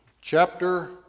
chapter